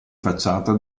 facciata